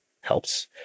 helps